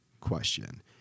question